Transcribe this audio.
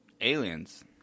Aliens